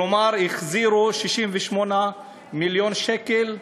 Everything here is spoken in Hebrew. כלומר, החזירו 68 מיליון שקל.